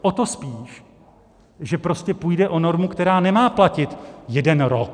O to spíš, že prostě půjde o normu, která nemá platit jeden rok.